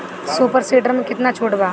Super seeder मै कितना छुट बा?